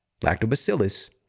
lactobacillus